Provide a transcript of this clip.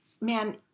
Man